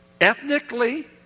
Ethnically